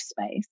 space